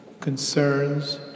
concerns